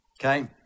okay